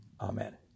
Amen